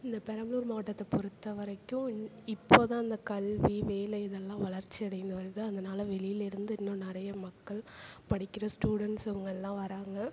இந்த பெரம்பலூர் மாவட்டத்தை பொறுத்த வரைக்கும் இன் இப்போ தான் இந்த கல்வி வேலை இதெல்லாம் வளர்ச்சி அடைந்து வருது அதனால வெளிலருந்து இன்னும் நிறைய மக்கள் படிக்கிற ஸ்டூடெண்ட்ஸ் அவங்க எல்லாம் வராங்க